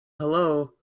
hello